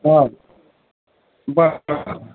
हाँ